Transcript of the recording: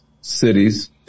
cities